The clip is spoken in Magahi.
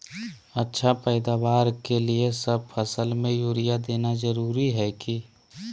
अच्छा पैदावार के लिए सब फसल में यूरिया देना जरुरी है की?